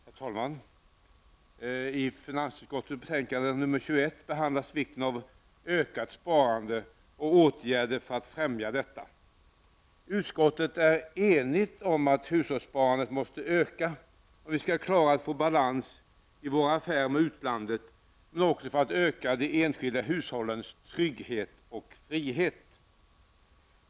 Herr talman! I finansutskottets betänkande nr 21 behandlas vikten av ökat sparande och åtgärder för att främja detta. Utskottet är enigt om att hushållens sparande måste öka, om vi skall klara av att få balans i våra affärer med utlandet men också för att öka de enskilda hushållens trygghet och frihet.